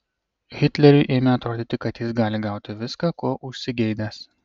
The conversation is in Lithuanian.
hitleriui ėmė atrodyti kad jis gali gauti viską ko užsigeidęs